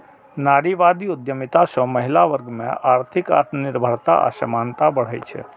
नारीवादी उद्यमिता सं महिला वर्ग मे आर्थिक आत्मनिर्भरता आ समानता बढ़ै छै